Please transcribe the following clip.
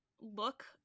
look